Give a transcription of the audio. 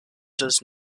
does